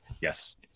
Yes